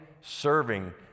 serving